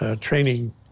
training